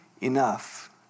enough